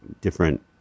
different